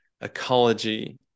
ecology